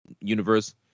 universe